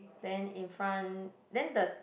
then in front then the